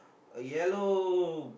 a yellow